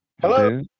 Hello